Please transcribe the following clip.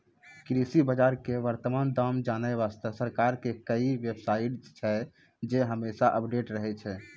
कृषि बाजार के वर्तमान दाम जानै वास्तॅ सरकार के कई बेव साइट छै जे हमेशा अपडेट रहै छै